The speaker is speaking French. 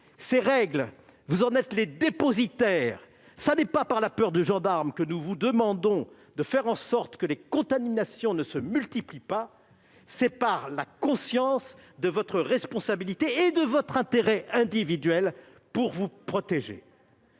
Ces règles, vous en êtes les dépositaires. Ce n'est pas par la peur du gendarme que nous vous demandons d'éviter la multiplication des contaminations, c'est par la conscience de votre responsabilité et de votre intérêt individuel à vous protéger.